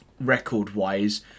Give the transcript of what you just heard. record-wise